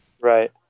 Right